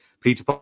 Peter